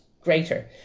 greater